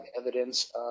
evidence